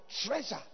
treasure